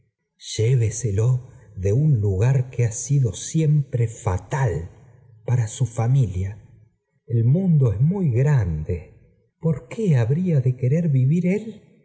lléveselo de un lugar que ha sido biempre fatal para su familia el mundo eá muy grande por qué habría de querer vivir él